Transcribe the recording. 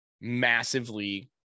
massively